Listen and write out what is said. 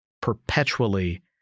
perpetually